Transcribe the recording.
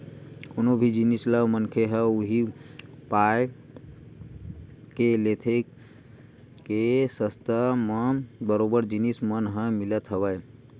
कोनो भी जिनिस ल मनखे ह उही पाय के लेथे के सस्ता म बरोबर जिनिस मन ह मिलत हवय